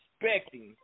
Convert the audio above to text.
expecting